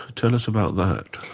tell us about that.